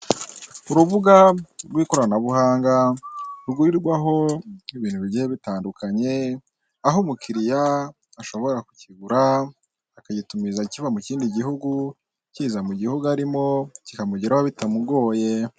Urubuga rw'ikoranabuhanga rugurirwaho ibintu bigiye bitandukanye aho umukiriya ashobora kukigura akagitumiza kiba mu kindi gihugu kiza mu gihugu arimo kikamugeraho bitamugoye.